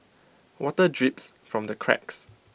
water drips from the cracks